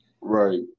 Right